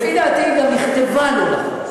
לפי דעתי היא גם נכתבה לא נכון.